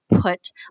put